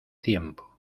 tiempo